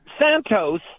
Santos